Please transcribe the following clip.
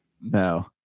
No